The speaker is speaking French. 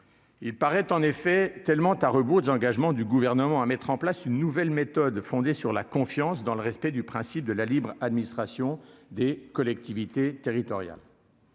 il paraît en effet tellement à rebours des engagements du gouvernement à mettre en place une nouvelle méthode fondée sur la confiance dans le respect du principe de la libre administration des collectivités territoriales.